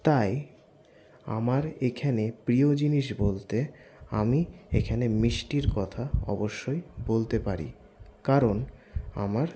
তাই আমার এখানে প্রিয় জিনিস বলতে আমি এখানে মিষ্টির কথা অবশ্যই বলতে পারি কারণ আমার